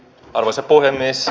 arvoisa puhemies